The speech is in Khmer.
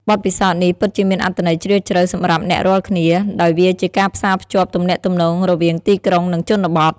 បទពិសោធន៍នេះពិតជាមានអត្ថន័យជ្រាលជ្រៅសម្រាប់អ្នករាល់គ្នា ដោយវាជាការផ្សារភ្ជាប់ទំនាក់ទំនងរវាងទីក្រុងនិងជនបទ។